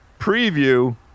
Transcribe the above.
preview